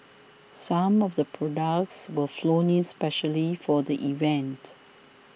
some of the products were flown in specially for the event